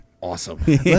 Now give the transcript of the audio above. awesome